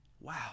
Wow